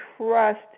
trust